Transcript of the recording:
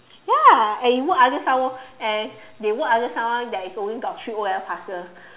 ya and you work under someone and they work under someone that is only got three o-level passes